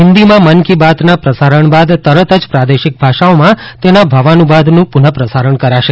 હિંદીમાં મન કી બાતના પ્રસારણ બાદ તરત જ પ્રાદેશિક ભાષાઓમાં તેના ભાવાનુવાદનું પુનઃપ્રસારણ કરાશે